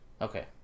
okay